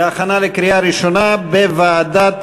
התשע"ג 2013, לדיון מוקדם בוועדת